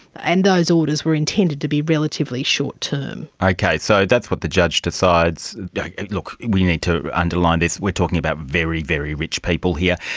and those orders were intended to be relatively short term. okay, so that's what the judge decides look, we need to underline this, we're talking about very, very rich people here.